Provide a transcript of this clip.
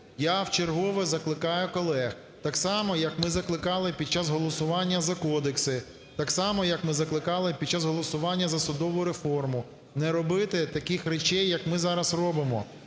Я вчергове закликаю колег, так само, як ми закликали під час голосування за кодекси, так само, як ми закликали під час голосування за судову реформу, не робити таких речей, як ми зараз робимо.